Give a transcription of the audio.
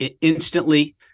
instantly